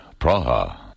Praha